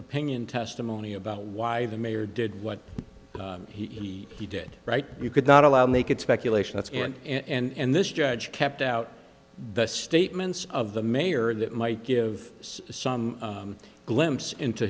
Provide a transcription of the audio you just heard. opinion testimony about why the mayor did what he he did right you could not allow make it speculation that's and this judge kept out the statements of the mayor that might give some glimpse into